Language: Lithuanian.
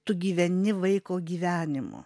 tu gyveni vaiko gyvenimu